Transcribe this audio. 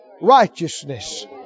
righteousness